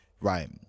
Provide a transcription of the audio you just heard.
Right